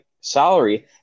salary